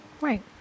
Right